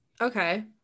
okay